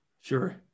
Sure